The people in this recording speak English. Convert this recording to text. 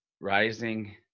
rising